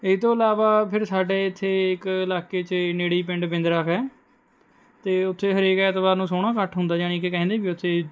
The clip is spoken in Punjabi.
ਇਹ ਤੋਂ ਇਲਾਵਾ ਫਿਰ ਸਾਡੇ ਇੱਥੇ ਇੱਕ ਇਲਾਕੇ 'ਚ ਨੇੜੇ ਹੀ ਪਿੰਡ ਬਿੰਦਰਖ ਹੈ ਅਤੇ ਉੱਥੇ ਹਰੇਕ ਐਤਵਾਰ ਨੂੰ ਸੋਹਣਾ ਇਕੱਠ ਹੁੰਦਾ ਜਾਨੀ ਕਿ ਕਹਿੰਦੇ ਉੱਥੇ